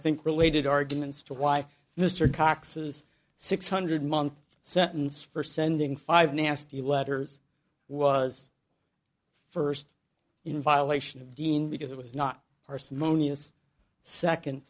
think related arguments to why mr cox's six hundred month sentence for sending five nasty letters was first in violation of dean because it was not parsimonious